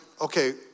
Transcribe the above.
okay